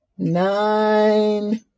nine